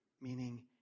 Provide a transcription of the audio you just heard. meaning